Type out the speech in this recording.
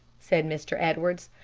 said mr. edwards.